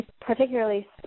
particularly